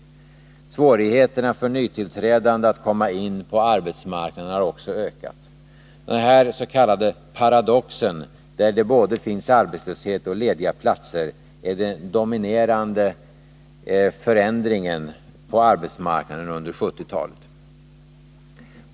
Svårigheterna för nytillträdande att komma in på arbetsmarknaden har också ökat. Den här s.k. paradoxen, att det både finns arbetslöshet och lediga platser, är den dominerande förändringen på arbetsmarknaden under 1970-talet.